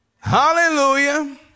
Hallelujah